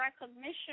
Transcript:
recognition